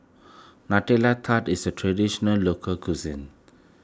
Nutella Tart is a Traditional Local Cuisine